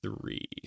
three